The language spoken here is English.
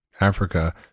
africa